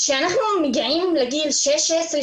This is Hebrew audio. כשאנחנו מגיעים לגיל 16,